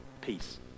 peace